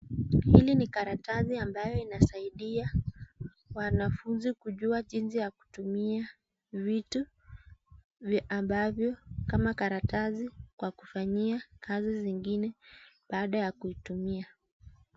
Hili ni karatasi ambayo inasaidia wanafunzi kujua jinsi ya kutumia vitu ambavyo kama karatasi kwa kufanyia kazi zingine baada ya kuitumia.